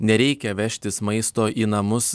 nereikia vežtis maisto į namus